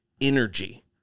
energy